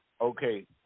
okay